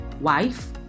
wife